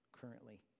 currently